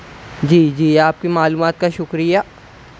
جی جی آپ کی معلومات کا شکریہ